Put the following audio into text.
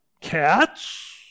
cats